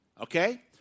okay